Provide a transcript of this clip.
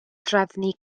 drefnu